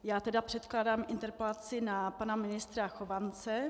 Já tedy předkládám interpelaci na pana ministra Chovance.